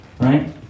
right